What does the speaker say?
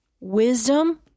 Wisdom